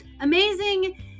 Amazing